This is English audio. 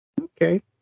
Okay